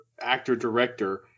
actor-director